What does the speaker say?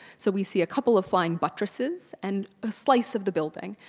so we see a couple of flying buttresses and a slice of the building.